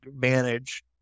manage